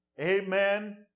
Amen